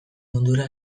mundura